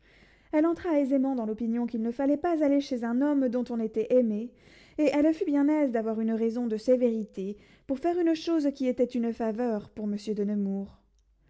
elle entra aisément dans l'opinion qu'il ne fallait pas aller chez un homme dont on était aimée et elle fut bien aise d'avoir une raison de sévérité pour faire une chose qui était une faveur pour monsieur de nemours